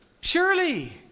Surely